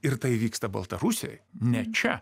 ir tai vyksta baltarusijoj ne čia